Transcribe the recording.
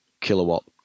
kilowatt